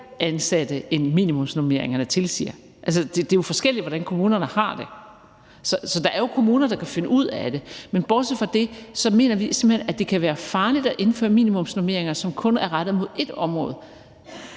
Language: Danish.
ansatte, end minimumsnormeringerne tilsiger. Det er jo forskelligt, hvordan kommunerne har det. Der er kommuner, der kan finde ud af det. Men bortset fra det mener vi simpelt hen, at det kan være farligt at indføre minimumsnormeringer, som kun er rettet mod et område,